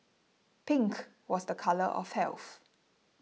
pink was the colour of health